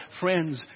Friends